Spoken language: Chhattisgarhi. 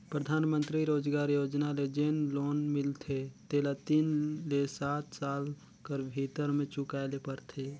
परधानमंतरी रोजगार योजना ले जेन लोन मिलथे तेला तीन ले सात साल कर भीतर में चुकाए ले परथे